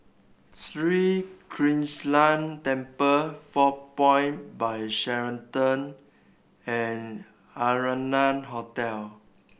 Sri Krishnan Temple Four Points By Sheraton and Arianna Hotel